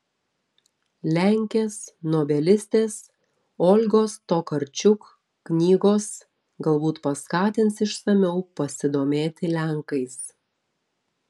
lenkės nobelistės olgos tokarčuk knygos galbūt paskatins išsamiau pasidomėti lenkais